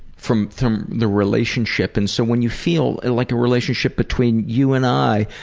from from the relationship. and so when you feel like a relationship between you and i,